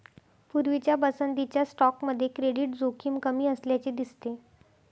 पूर्वीच्या पसंतीच्या स्टॉकमध्ये क्रेडिट जोखीम कमी असल्याचे दिसते